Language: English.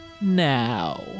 now